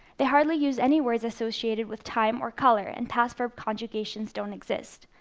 they hardly use any words associated with time or color, and past verb conjugations don't exist.